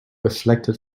reflected